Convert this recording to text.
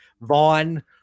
Vaughn